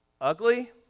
ugly